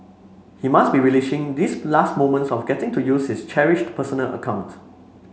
he must be relishing these last moments of getting to use his cherished personal account